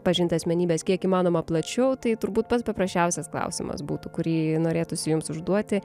pažint asmenybes kiek įmanoma plačiau tai turbūt pats paprasčiausias klausimas būtų kurį norėtųsi jums užduoti